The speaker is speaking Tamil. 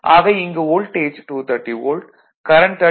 ஆக இங்கு வோல்டேஜ் 230 வோல்ட் கரண்ட் 35